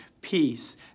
peace